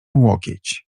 łokieć